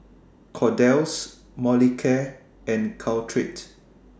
Kordel's Molicare and Caltrate